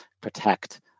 protect